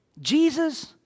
Jesus